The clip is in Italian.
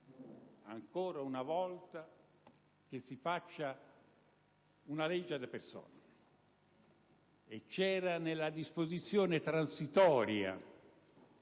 ancora una volta si faccia, una legge *ad personam*. E c'era nella disposizione transitoria